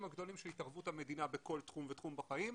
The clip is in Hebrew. הגדולים של התערבות המדינה בכל תחום ותחום בחיים,